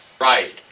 right